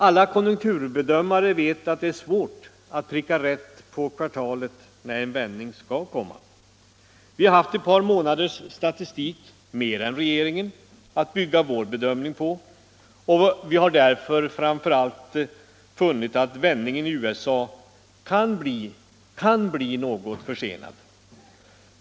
Alla konjunkturbedömare vet att det är svårt att pricka rätt på kvartalet när en vändning skall komma. Vi har haft ett par månaders statistik mer än regeringen att bygga vår bedömning på, och vi har därför framför allt funnit att vändningen i USA kan bli något försenad.